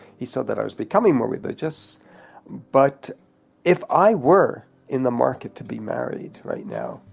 he saw that i was becoming more religious. but if i were in the market to be married right now,